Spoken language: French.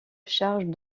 charge